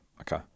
Okay